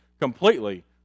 completely